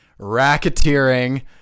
racketeering